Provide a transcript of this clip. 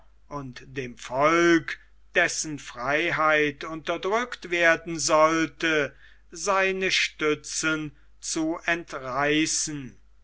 und dem volke dessen freiheit unterdrückt werden sollte seine stützen zu entreißen